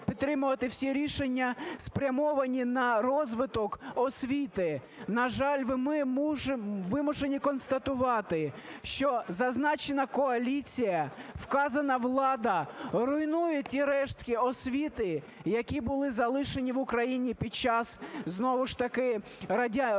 підтримувати всі рішення, спрямовані на розвиток освіти. На жаль, ми вимушені констатувати, що зазначена коаліція, вказана влада руйнує ті рештки освіти, які були залишені в Україні під час знову ж таки розвитку